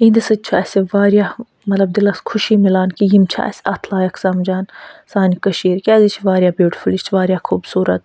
یِہِنٛدِ سۭتۍ چھُ اَسہِ واریاہ مطلب دِلَس خوشی مِلان کہِ یِم چھِ اَسہِ اَتھ لایِق سمجھان سانہِ کٔشیٖرِ کیٛازِ یہِ چھِ واریاہ بیوٗٹِفُل یہِ چھِ واریاہ خوٗبصوٗرَت